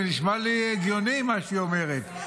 זה נשמע לי הגיוני מה שהיא אומרת.